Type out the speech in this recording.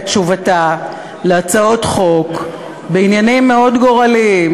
תשובתה על הצעות חוק בעניינים מאוד גורליים,